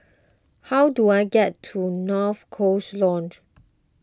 how do I get to North Coast Lodge